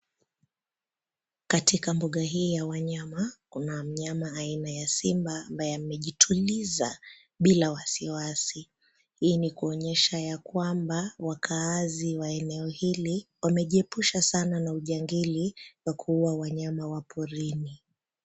Katika mbuga hii ya wanyama kuna mnyama aina ya simba ambaye amejituliza bila wasiwasi. Hii ni kuonyesha ya kwamba wakaazi wa eneo hili wamejiepusha sana n ujangili wa kuua wanyama wa porini.